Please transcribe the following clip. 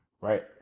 Right